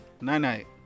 Night-night